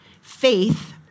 faith